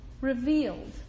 revealed